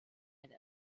eine